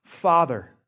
Father